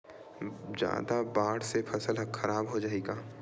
जादा बाढ़ से फसल ह खराब हो जाहि का?